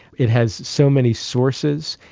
it has so many sources,